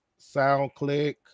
SoundClick